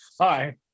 Hi